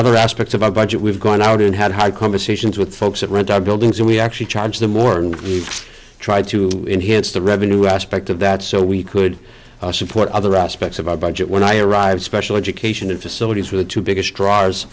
other aspects of our budget we've gone out and had hard conversations with folks that rent our buildings and we actually charge them more and we tried to enhance the revenue aspect of that so we could support other aspects of our budget when i arrive special education facilities for the two biggest drivers